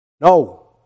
No